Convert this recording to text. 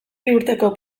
biurteko